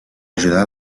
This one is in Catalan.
ajudar